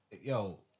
yo